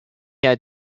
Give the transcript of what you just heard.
had